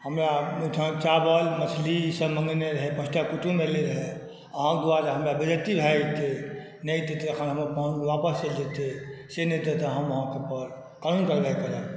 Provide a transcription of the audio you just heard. हमरा ओहिठाम चावल मछली ई सभ मँगेने रहै पाँचटा कुटुम्ब अयलै रऽ अहाँके दुआरे हमरा बेइज्जती भऽ जेतै नहि एतय तऽ हमर पाहुन आपस चलि जेतै से नहि तऽ हम अहाँ पर कानूनी कार्यबाही करब